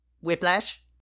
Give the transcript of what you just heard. Whiplash